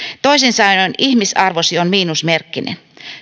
toisin sanoen ihmisarvosi on miinusmerkkinen